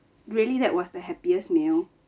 really that was the happiest meal